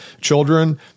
children